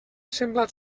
semblat